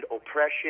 oppression